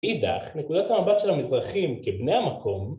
מאידך, נקודת המבט של המזרחים כבני המקום